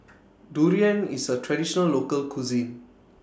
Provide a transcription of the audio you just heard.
Durian IS A Traditional Local Cuisine